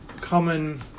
common